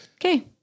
Okay